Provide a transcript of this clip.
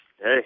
hey